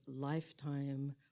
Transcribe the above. lifetime